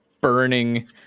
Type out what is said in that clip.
burning